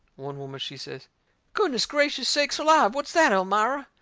one woman, she says goodness gracious sakes alive! what's that, elmira?